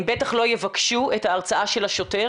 הם בטח לא יבקשו את ההרצאה של השוטר.